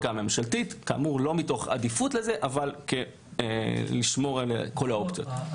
ממשלתית, לא מלכתחילה אלא כאופציה חילופית.